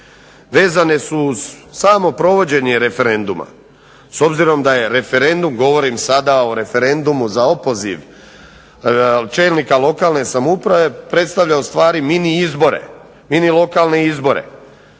vezane su uz samo provođenje referenduma. S obzirom da je referendum govorim sada o referendumu za opoziv čelnika lokalne samouprave predstavlja mini lokalne izbore,